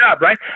right